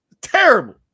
Terrible